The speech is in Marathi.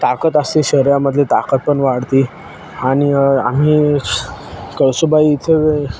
ताकत असते शरीरामधली ताकत पण वाढते आणि आम्ही कळसुबाई इथे